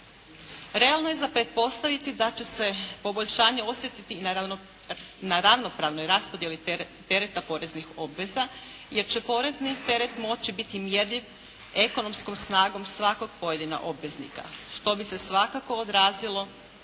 Realno je za pretpostaviti da će se poboljšanje osjetiti i na ravnopravnoj raspodjeli tereta poreznih obveza, jer će porezni teret moći biti mjerljiv ekonomskom snagom svakog pojedinog obveznika što bi se svakako odrazilo